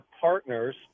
partner's